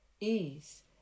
ease